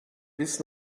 bis